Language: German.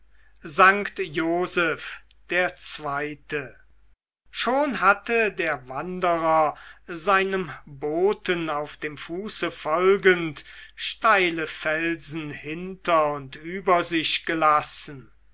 sankt joseph der zweite schon hatte der wanderer seinem boten auf dem fuße folgend steile felsen hinter und über sich gelassen